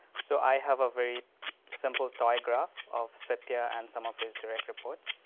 so, i have a very simple toy graph of satya and some of his direct reports.